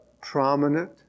prominent